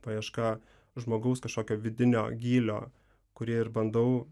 paieška žmogaus kažkokio vidinio gylio kurį ir bandau